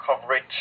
coverage